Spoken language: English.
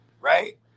right